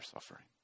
suffering